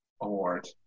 award